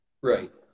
right